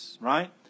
right